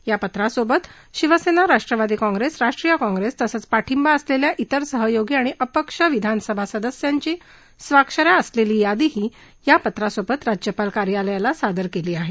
या पत्रासोबत शिवसेना राष्ट्रवादी काँप्रेस राष्ट्रीय काँप्रेस तसंच पाठिंबा असलेल्या विर सहयोगी आणि अपक्ष विधानसभा सदस्यांची स्वाक्षरी असलेली यादीही या पत्रासोबत राज्यपाल कार्यालयाला सादर केली आहे